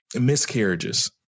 miscarriages